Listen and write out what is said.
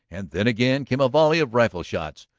and then again came a volley of rifle-shots.